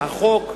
החוק,